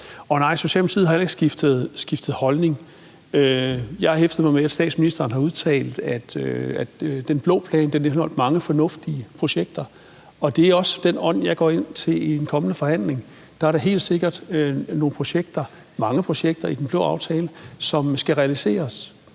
Og nej, Socialdemokratiet har heller ikke skiftet holdning. Jeg har hæftet mig ved, at statsministeren har udtalt, at den blå plan indeholdt mange fornuftige projekter, og det er også i den ånd, jeg går ind til en kommende forhandling. Der er helt sikkert nogle projekter, mange projekter, i den blå aftale, som skal realiseres.